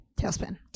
Tailspin